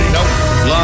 Nope